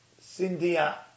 Cynthia